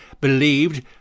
believed